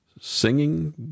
singing